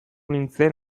nintzen